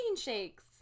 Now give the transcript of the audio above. shakes